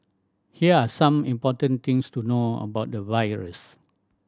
here are some important things to know about the virus